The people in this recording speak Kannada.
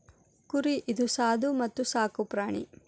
ಕುರಿ ಇದು ಸಾದು ಮತ್ತ ಸಾಕು ಪ್ರಾಣಿ